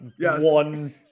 one